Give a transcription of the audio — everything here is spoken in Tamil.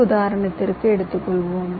ஒரு உதாரணத்திற்கு எடுத்துக்கொள்வோம்